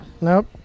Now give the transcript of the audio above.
Nope